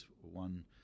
One